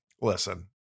Listen